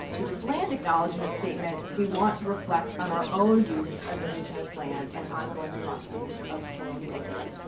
with this land acknowledgement statement, we want to reflect on our own use of indigenous land and ongoing processes of colonialism.